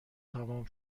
تمام